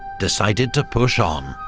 decided to push on.